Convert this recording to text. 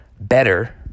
better